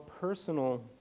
personal